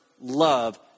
love